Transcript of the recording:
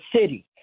city